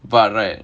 but right